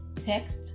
text